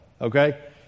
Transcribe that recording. okay